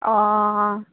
অঁ